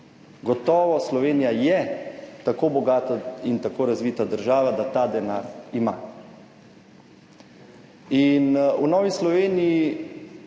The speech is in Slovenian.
Gotovo Slovenija je tako bogata in tako razvita država, da ta denar ima. V Novi Sloveniji